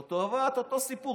התובעת, אותו סיפור.